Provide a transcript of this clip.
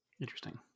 Interesting